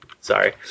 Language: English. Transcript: Sorry